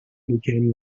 became